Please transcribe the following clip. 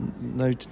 No